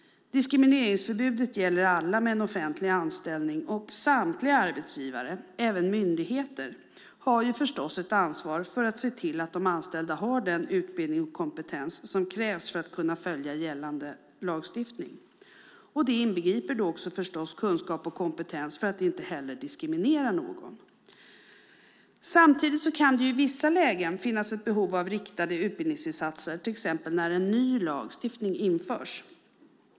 Diskrimineringsförbudet gäller alla med offentlig anställning. Samtliga arbetsgivare, även myndigheter, har förstås ett ansvar för att se till att de anställda har den utbildning och kompetens som krävs för att kunna följa gällande lagstiftning. Det inbegriper givetvis kunskap och kompetens så att ingen diskrimineras. Samtidigt kan det i vissa lägen finnas ett behov av riktade utbildningsinsatser, till exempel när en ny lagstiftning införs.